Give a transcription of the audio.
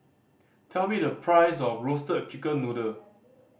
tell me the price of Roasted Chicken Noodle